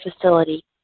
Facility